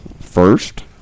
first